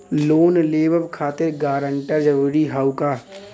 Loan लेवब खातिर guarantor जरूरी हाउ का?